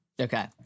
Okay